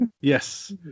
Yes